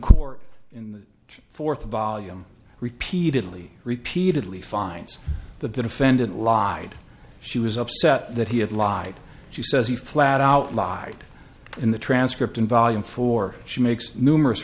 court in the fourth volume repeatedly repeatedly finds the defendant lied she was upset that he had lied she says he flat out lied in the transcript in volume four she makes numerous